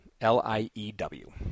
L-I-E-W